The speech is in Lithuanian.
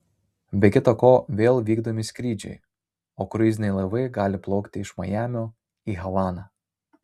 be kita ko vėl vykdomi skrydžiai o kruiziniai laivai gali plaukti iš majamio į havaną